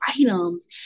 items